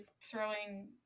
throwing